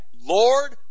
Lord